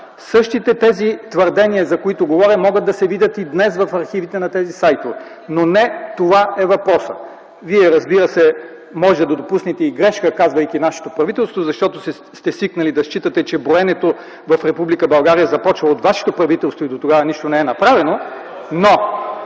Същите тези твърдения, за които говоря, могат да се видят и днес в архивите на тези сайтове. Но не това е въпросът! Вие, разбира се, може да допуснете и грешка, казвайки „нашето правителство”, защото сте свикнали да считате, че броенето в Република България започва от вашето правителство и дотогава нищо не е направено